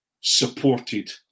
supported